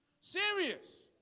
Serious